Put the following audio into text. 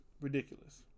ridiculous